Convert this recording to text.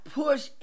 push